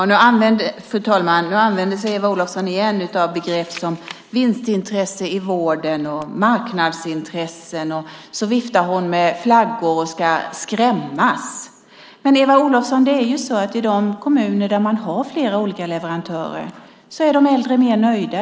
Fru talman! Återigen använder sig Eva Olofsson av begrepp som "vinstintresse i vården" och "marknadsintressen" och viftar med flaggor och ska skrämmas. Det är så, Eva Olofsson, att i de kommuner där man har flera olika leverantörer är de äldre mer nöjda.